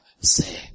say